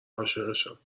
عاشقشم